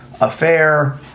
affair